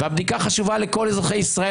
והבדיקה חשובה לכל אזרחי ישראל,